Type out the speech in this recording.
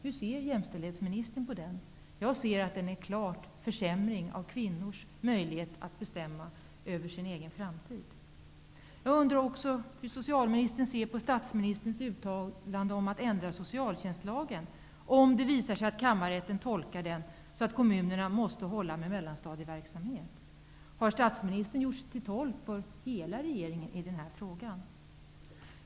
Jag ser det som en klar försämring av kvinnors möjlighet att bestämma över sin egen framtid. Jag undrar också hur socialministern ser på statsministerns uttalande om att ändra social tjänstlagen, om det visar sig att kammarrätten tol kar den så att kommunerna måste hålla med mel lanstadieverksamhet. Har statsministern gjort sig till talesman för hela regeringen i den här frågan?